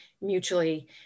mutually